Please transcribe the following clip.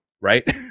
right